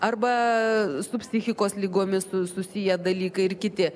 arba su psichikos ligomis susiję dalykai ir kiti